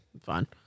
Fine